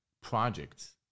projects